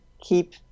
keep